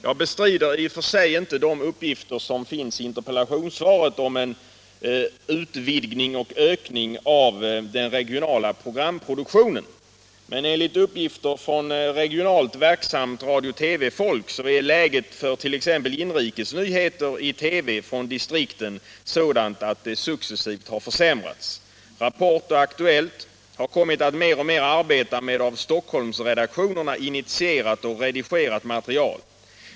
Jag bestrider inte i och för sig uppgifterna i interpellationssvaret om en utvidgning och ökning av den regionala programproduktionen, men enligt vad som framhålls från regionalt verksamt TV-folk har läget successivt försämrats. Rapport och Aktuellt har kommit att mer och mer samarbeta med av Stockholmsredaktionerna initierat och redigerat material.